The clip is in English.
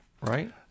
right